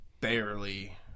barely